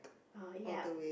oh yup